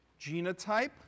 Genotype